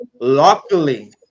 Luckily